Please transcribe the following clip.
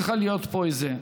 צריכה להיות פה איזו